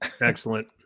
Excellent